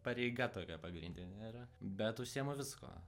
pareiga tokia pagrindinė yra bet užsiimu viskuo